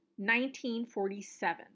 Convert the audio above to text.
1947